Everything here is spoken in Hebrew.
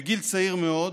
בגיל צעיר מאוד,